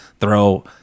throw